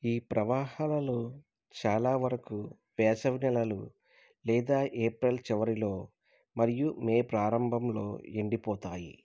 ఈ ప్రవాహాలలో చాలా వరకు వేసవి నెలలు లేదా ఏప్రిల్ చివరిలో మరియు మే ప్రారంభంలో ఎండిపోతాయి